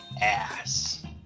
ass